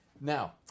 Now